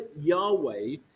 Yahweh